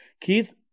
Keith